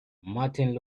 martin